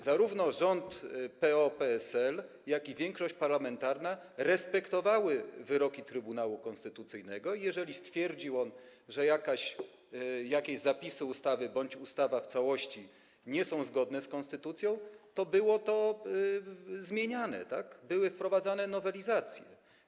Zarówno rząd PO-PSL, jak i większość parlamentarna respektowały wyroki Trybunału Konstytucyjnego i jeżeli stwierdził on, że jakieś zapisy ustawy bądź ustawa w całości nie są zgodne z konstytucją, to było to zmieniane, były wprowadzane nowelizacje.